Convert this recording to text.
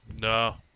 No